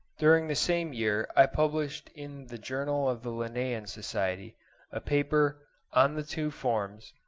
during the same year i published in the journal of the linnean society a paper on the two forms,